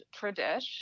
Tradish